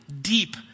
deep